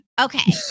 Okay